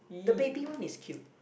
the baby one is cute